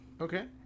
Okay